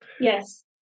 Yes